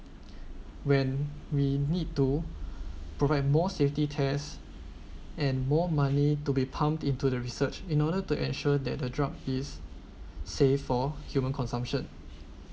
when we need to provide more safety tests and more money to be pumped into the research in order to ensure that the drug is safe for human consumption